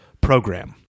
program